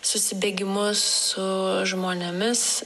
susibėgimus su žmonėmis